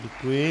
Děkuji.